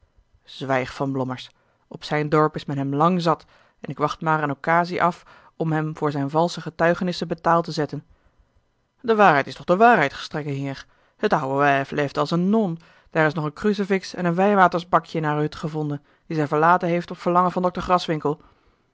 zwijg van blommers op zijn dorp is men hem lang zat en ik wacht maar eene occasie af om hem voor zijne valsche getuigenissen betaald te zetten de waarheid is toch de waarheid gestrenge heer het oude wijf leefde als eene non daar is nog een crucifix en een wijwaterbakje in hare hut gevonden die zij verlaten heeft op verlangen van dokter